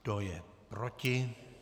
Kdo je proti?